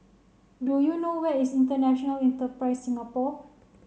do you know where is International Enterprise Singapore